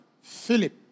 Philip